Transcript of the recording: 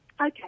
Okay